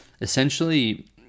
essentially